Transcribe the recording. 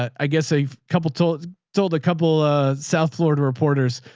i guess a couple of toilets told a couple ah south florida reporters.